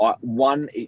one